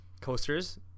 coasters